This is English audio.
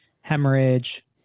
hemorrhage